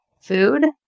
food